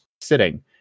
sitting